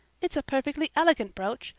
it's a perfectly elegant brooch.